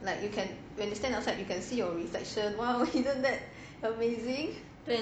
like you can when you stand outside you can see your reflection !wow! isn't that amazing